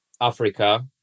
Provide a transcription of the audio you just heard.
Africa